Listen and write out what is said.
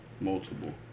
multiple